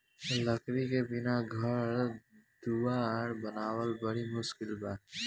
लकड़ी के बिना घर दुवार बनावल बड़ी मुस्किल बा